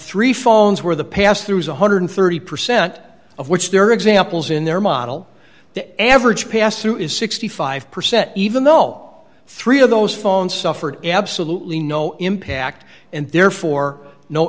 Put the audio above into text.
three phones where the pass through is one hundred and thirty percent of which there are examples in their model that average pass through is sixty five percent even though three of those phones suffered absolutely no impact and therefore no